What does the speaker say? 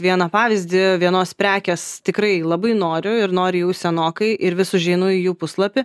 vieną pavyzdį vienos prekės tikrai labai noriu ir noriu jau senokai ir vis užeinu į jų puslapį